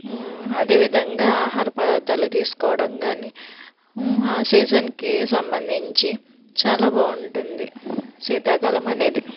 అదేవిధంగా ఆహార పదార్థాలు తీసుకోవడం కానీ ఆ సీజన్కి సంబంధించి చాలా బాగుంటుంది శీతాకాలమనేది